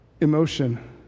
emotion